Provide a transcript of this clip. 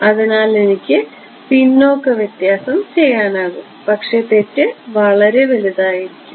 അതിനാൽ എനിക്ക് പിന്നോക്ക വ്യത്യാസം ചെയ്യാനാകും പക്ഷേ തെറ്റ് വളരെ വലുതായിരിക്കും